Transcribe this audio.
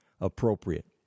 appropriate